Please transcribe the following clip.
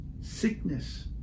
Sickness